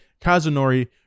Kazunori